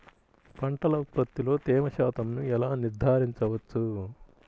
పంటల ఉత్పత్తిలో తేమ శాతంను ఎలా నిర్ధారించవచ్చు?